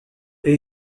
est